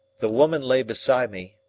the woman lay beside me,